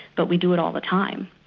but we do it all the time.